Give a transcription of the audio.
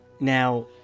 now